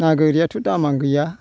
ना गोरियाथ' दामानो गैया